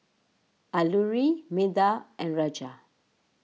Alluri Medha and Raja